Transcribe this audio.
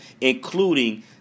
including